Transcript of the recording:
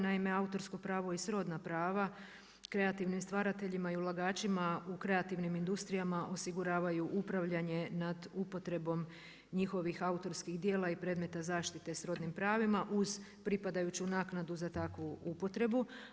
Naime, autorsko pravo i srodna prava kreativnim stvarateljima i ulagačima u kreativnim industrijama osiguravaju upravljanje nad upotrebom njihovih autorskih djela i predmeta zaštita srodnim pravima uz pripadajuću naknadu za takvu upotrebu.